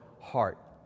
heart